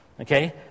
Okay